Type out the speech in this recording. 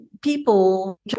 people